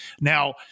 Now